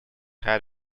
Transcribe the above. had